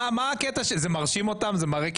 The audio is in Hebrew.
ביג